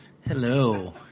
Hello